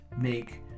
make